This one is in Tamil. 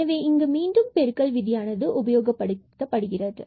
எனவே இங்கு மீண்டும் பெருக்கல் விதியானது உபயோகப்படுகிறது